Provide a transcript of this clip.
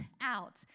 out